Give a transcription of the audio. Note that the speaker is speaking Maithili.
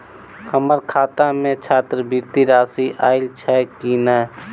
हम्मर खाता मे छात्रवृति राशि आइल छैय की नै?